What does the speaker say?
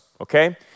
okay